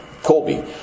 Colby